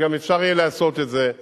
יהיה אפשר גם לעשות את זה.